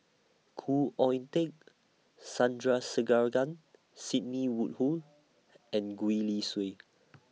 Khoo Oon Teik Sandrasegaran Sidney Woodhull and Gwee Li Sui